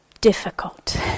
difficult